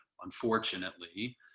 unfortunately